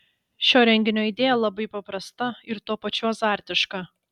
šio renginio idėja labai paprasta ir tuo pačiu azartiška